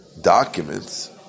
documents